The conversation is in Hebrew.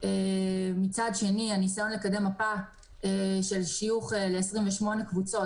מצד שני הניסיון לקדם מפה של שיוך ל-28 קבוצות